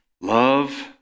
Love